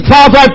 Father